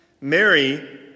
Mary